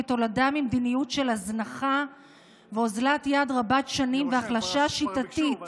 כתולדה של מדיניות של הזנחה ואוזלת יד רבת-שנים והחלשה שיטתית